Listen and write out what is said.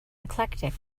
eclectic